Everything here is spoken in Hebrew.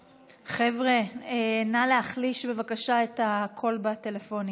חבר'ה, נא להחליש בבקשה את הקול בטלפונים.